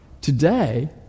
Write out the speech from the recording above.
Today